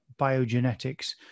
biogenetics